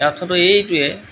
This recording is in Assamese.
ইয়াৰ অৰ্থটো এইটোৱেই